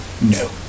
No